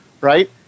right